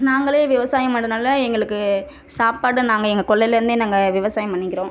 நாங்களே விவசாயம் பண்றதுனால எங்களுக்கு சாப்பாடு நாங்கள் எங்கள் கொல்லையிலேருந்தே நாங்கள் விவசாயம் பண்ணிக்கிறோம்